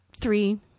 Three